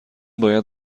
باید